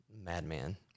madman